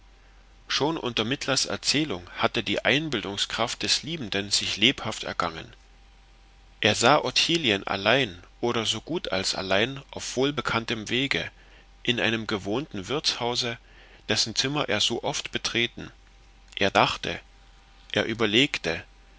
schon unter mittlers erzählung hatte die einbildungskraft des liebenden sich lebhaft ergangen er sah ottilien allein oder so gut als allein auf wohlbekanntem wege in einem gewohnten wirtshause dessen zimmer er so oft betreten er dachte er überlegte